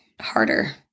harder